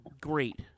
great